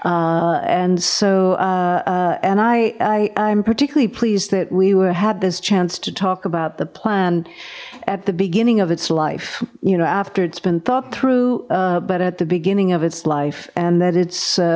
and so and i i'm particularly pleased that we were had this chance to talk about the plan at the beginning of its life you know after it's been thought through but at the beginning of its life and that it's